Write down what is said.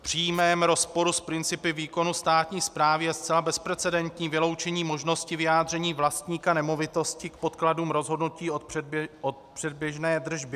V přímém rozporu s principy výkonu státní správy je zcela bezprecedentní vyloučení možnosti vyjádření vlastníka nemovitosti k podkladům rozhodnutí o předběžné držbě.